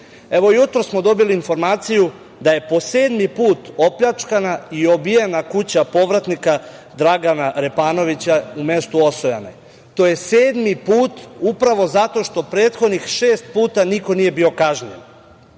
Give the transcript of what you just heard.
Evo, jutros smo dobili informaciju da je po sedmi put opljačkana i obijena kuća povratnika Dragana Repanovića u mestu Osojane. To je sedmi put upravo zato što prethodnih šest puta niko nije bio kažnjen. Jedna